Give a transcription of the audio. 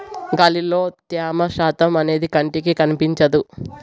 గాలిలో త్యమ శాతం అనేది కంటికి కనిపించదు